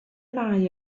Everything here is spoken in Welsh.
mae